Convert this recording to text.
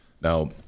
now